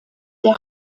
der